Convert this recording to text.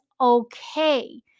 okay